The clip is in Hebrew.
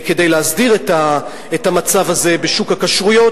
כדי להסדיר את המצב הזה בשוק הכשרויות,